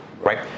Right